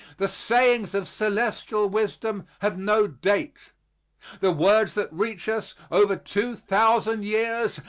the sayings of celestial wisdom have no date the words that reach us, over two thousand years,